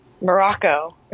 Morocco